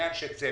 שני אנשי צוות.